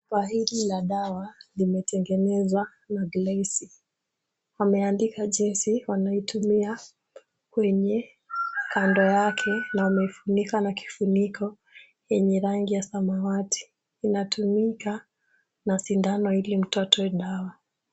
Chupa hili la dawa limetengenezwa na glesi. Wameandika jinsi wanaitumia kwenye kando yake na wameifunika na kifuniko yenye rangi ya samawati. Inatumika na sindano ili mtu atoe dawa.